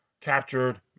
captured